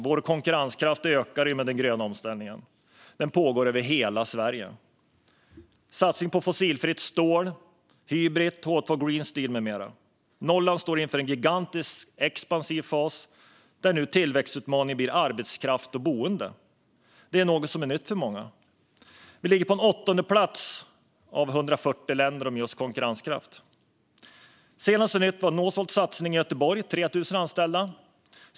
Vår konkurrenskraft ökar i och med den gröna omställningen, som pågår över hela Sverige. Vi ser en satsning på fossilfritt stål genom Hybrit, H2 Green Steel med mera. Norrland står inför en gigantisk expansiv fas där tillväxtutmaningen nu handlar om arbetskraft och boende, vilket är något som är nytt för många. Vi ligger på en åttondeplats av 140 länder när det gäller just konkurrenskraft. Senaste nytt var Northvolts satsning i Göteborg, med 3 000 anställda.